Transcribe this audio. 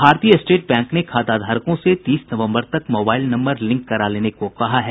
भारतीय state bank ने खाताधारकों से तीस नवम्बर तक मोबाईल नम्बर लिंक करा लेने को कहा है